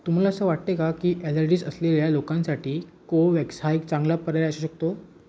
तुम्हाला असं वाटते का की ॲलर्जीस असलेल्या लोकांसाठी कोवोवॅक्स हा एक चांगला पर्याय असू शकतो